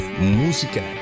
Música